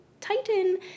titan